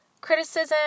criticism